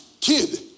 Kid